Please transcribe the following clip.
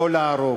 לא להרוג,